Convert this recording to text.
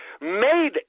made